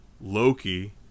Loki